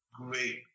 great